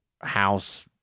house